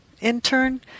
intern